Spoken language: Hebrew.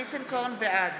בעד